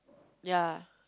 ya